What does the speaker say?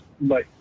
Bye